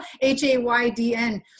h-a-y-d-n